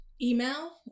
email